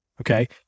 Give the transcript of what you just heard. Okay